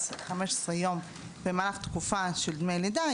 15 יום במהלך התקופה של דמי הלידה,